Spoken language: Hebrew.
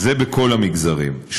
זה בכל המגזרים.